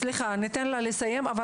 ניתן לך לסיים את הדברים,